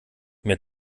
mir